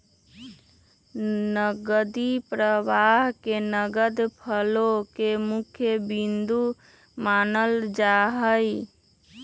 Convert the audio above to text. नकदी प्रवाह के नगद फ्लो के मुख्य बिन्दु मानल जाहई